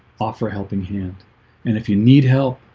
offer a helping hand and if you need help,